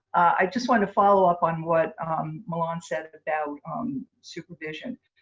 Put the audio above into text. i just want to follow up on what milan said about um supervision.